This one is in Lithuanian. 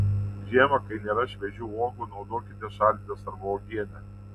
žiemą kai nėra šviežių uogų naudokite šaldytas arba uogienę